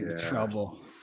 trouble